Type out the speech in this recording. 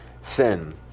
sin